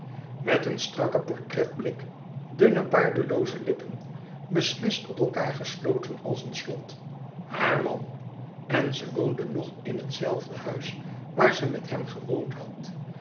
met een strakken portretblik dunne baardelooze lippen beslist op elkaâr gesloten als een slot haar man en ze woonde nog in het zelfde huis waar ze met hem gewoond had